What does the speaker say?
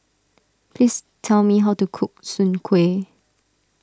please tell me how to cook Soon Kway